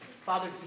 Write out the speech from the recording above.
Father